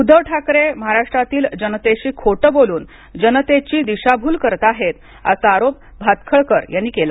उद्धव ठाकरे महाराष्ट्रातील जनतेशी खोटं बोलून जनतेची दिशाभूल करत आहेत असा आरोप भातखळकर यांनी केला